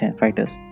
fighters